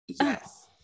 yes